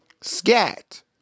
scat